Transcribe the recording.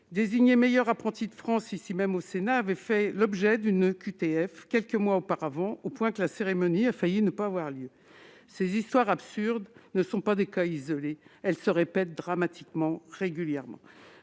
désigné meilleur apprenti de France ici même au Sénat, avait fait l'objet d'une OQTF quelques mois auparavant, au point que la cérémonie a failli ne pas avoir lieu. Ces histoires absurdes ne sont pas des cas isolés ; elles se répètent dramatiquement, régulièrement.